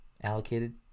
allocated